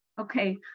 Okay